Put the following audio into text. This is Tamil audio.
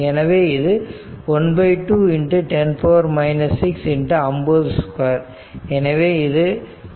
எனவே இது 12×10 6 × 50 2 எனவே இது1